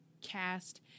cast